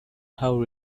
how